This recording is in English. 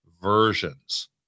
versions